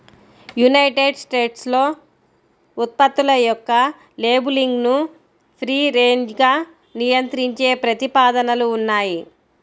United స్టేట్స్లో ఉత్పత్తుల యొక్క లేబులింగ్ను ఫ్రీ రేంజ్గా నియంత్రించే ప్రతిపాదనలు ఉన్నాయి